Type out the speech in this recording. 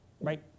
right